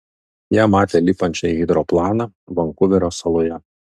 ją matė lipančią į hidroplaną vankuverio saloje